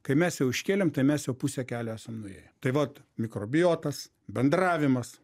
kai mes jau iškėlėm tai mes jau pusę kelio esam nuėję tai vat mikrobiotas bendravimas